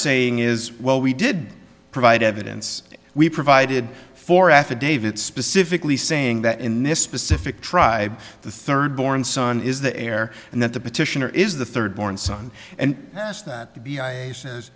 saying is well we did provide evidence we provided for affidavits specifically saying that in this specific tribe the third born son is the heir and that the petitioner is the third born son and yes that would be